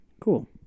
Cool